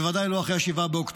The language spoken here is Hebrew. בוודאי לא אחרי 7 באוקטובר,